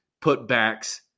putbacks